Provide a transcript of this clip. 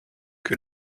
que